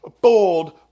bold